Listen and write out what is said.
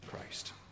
Christ